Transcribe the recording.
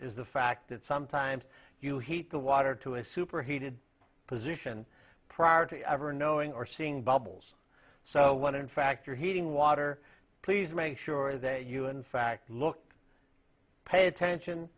is the fact that sometimes you heat the water to a super heated position prior to ever knowing or seeing bubbles so when in fact you're heating water please make sure that you in fact look pay attention